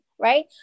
right